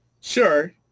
Sure